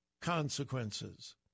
consequences